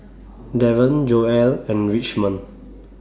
Daron Joell and Richmond